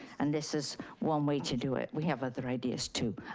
and this is one way to do it, we have other ideas too.